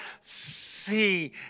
see